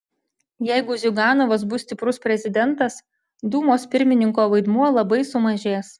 jeigu ziuganovas bus stiprus prezidentas dūmos pirmininko vaidmuo labai sumažės